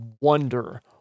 wonder